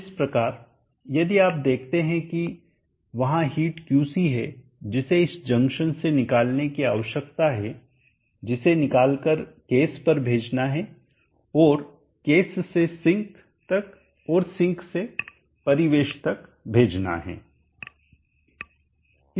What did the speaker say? इस प्रकार यदि आप देखते हैं कि वहां हीट QC है जिसे इस जंक्शन से निकालने की आवश्यकता है जिसे निकालकर केस पर भेजना है और केस से सिंक तक और सिंक से परिवेश तक भेजना है